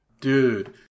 Dude